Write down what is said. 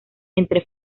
entre